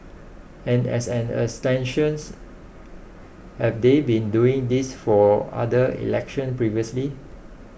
and as an extensions have they been doing this for other elections previously